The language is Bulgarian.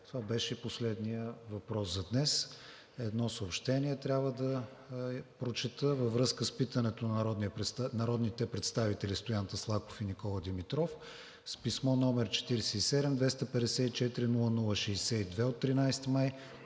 Това беше и последният въпрос за днес. Едно съобщение трябва да прочета: Във връзка с питането на народните представители Стоян Таслаков и Никола Димитров с писмо № 47-254-00-62 от 13 май